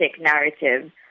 narrative